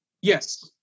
yes